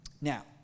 Now